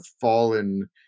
fallen